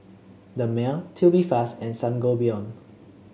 Dermale Tubifast and Sangobion